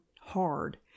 hard